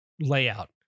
layout